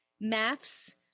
Maps